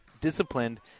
disciplined